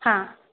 हां